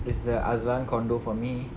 it's a azlan condo for me